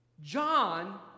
John